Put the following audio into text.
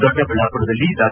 ದೊಡ್ಡಬಳ್ಳಾಮರದಲ್ಲಿ ಡಾ